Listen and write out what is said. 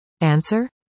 Answer